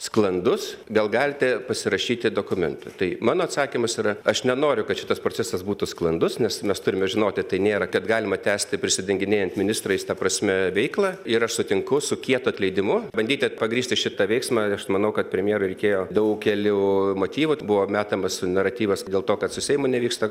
sklandus gal galite pasirašyti dokumentą tai mano atsakymas yra aš nenoriu kad šitas procesas būtų sklandus nes mes turime žinoti tai nėra kad galima tęsti prisidenginėjant ministrais ta prasme veiklą ir aš sutinku su kietu atleidimu bandyti pagrįsti šitą veiksmą ir aš manau kad premjerui reikėjo daugelio motyvų buvo metamas naratyvas dėl to kad su seimu nevyksta